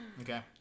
Okay